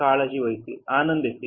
ಕಾಳಜಿ ವಹಿಸಿ ಆನಂದಿಸಿ